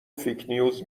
فیکنیوز